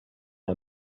her